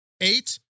eight